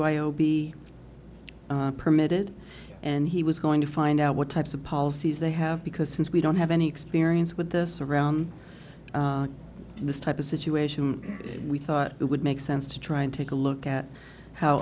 b permitted and he was going to find out what types of policies they have because since we don't have any experience with this around this type of situation we thought it would make sense to try and take a look at how